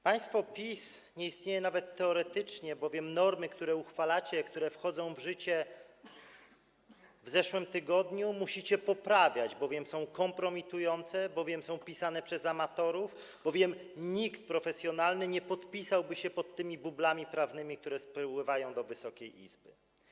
Państwo PiS nie istnieje nawet teoretycznie, bowiem normy, które uchwalacie, które weszły w życie w zeszłym tygodniu, musicie poprawiać, bowiem są kompromitujące, bowiem są pisane przez amatorów, bowiem nikt profesjonalny nie podpisałby się pod tymi bublami prawnymi, które spływają do Wysokiej Izby.